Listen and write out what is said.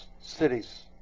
cities